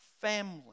family